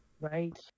right